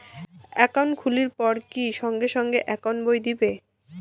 Account খুলির পর কি সঙ্গে সঙ্গে একাউন্ট বই দিবে?